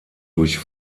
durch